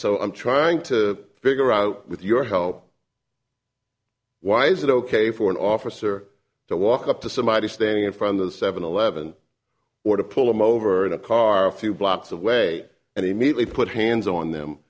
so i'm trying to figure out with your help why is it ok for an officer to walk up to somebody standing in front of a seven eleven or to pull him over in a car a few blocks away and immediately put hands on them